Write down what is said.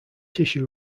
tissue